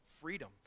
freedom